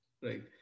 right